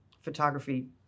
photography